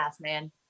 man